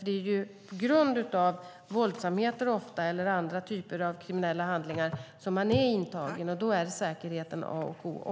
Det är ju på grund av våldsamheter, ofta, eller andra typer av kriminella handlingar som man är intagen. Då är säkerheten A och O.